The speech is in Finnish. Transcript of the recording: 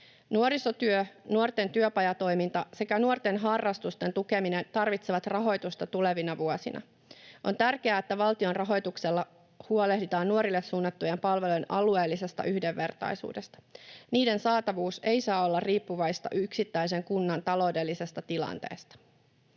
Nuorisotyö, nuorten työpajatoiminta sekä nuorten harrastusten tukeminen tarvitsevat rahoitusta tulevina vuosina. On tärkeää, että valtion rahoituksella huolehditaan nuorille suunnattujen palvelujen alueellisesta yhdenvertaisuudesta. Niiden saatavuus ei saa olla riippuvaista yksittäisen kunnan taloudellisesta tilanteesta.